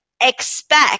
expect